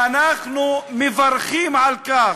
ואנחנו מברכים על כך.